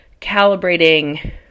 calibrating